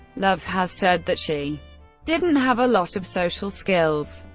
love has said that she didn't have a lot of social skills,